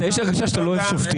יש לי הרגשה שאתה לא אוהב שופטים.